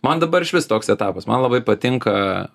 man dabar išvis toks etapas man labai patinka